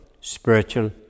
spiritual